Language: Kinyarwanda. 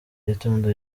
gitondo